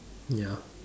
ya